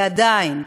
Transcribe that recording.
ועדיין,